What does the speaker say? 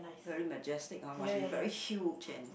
very majestic !huh! must be very huge and